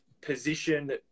position